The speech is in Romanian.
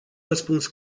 răspuns